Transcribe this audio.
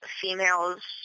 females